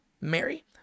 mary